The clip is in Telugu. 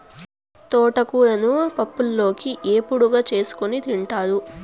తోటకూరను పప్పులోకి, ఏపుడుగా చేసుకోని తింటారు